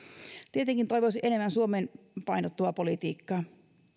tietenkin toivoisin enemmän suomeen painottuvaa politiikkaa